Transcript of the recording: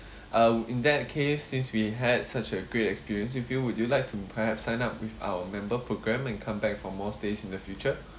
uh in that case since we had such a great experience if you would would you like to perhaps sign up with our member program and come back for more stays in the future